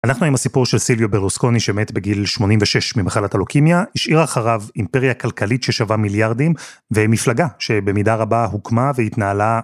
אנחנו עם הסיפור של סיליו ברוסקוני שמת בגיל 86 ממחלת הלוקימיה השאיר אחריו אימפריה כלכלית ששווה מיליארדים ומפלגה שבמידה רבה הוקמה והתנהלה.